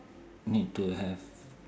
need to have